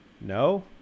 No